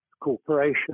corporation